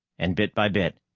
and bit by bit,